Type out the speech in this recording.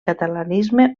catalanisme